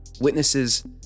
witnesses